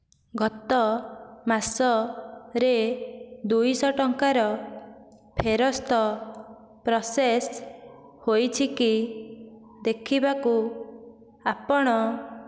ଗତ ମାସରେ ଦୁଇ ଶହ ଟଙ୍କାର ଫେରସ୍ତ ପ୍ରୋସେସ୍ ହୋଇଛି କି ଦେଖିବାକୁ ଆପଣ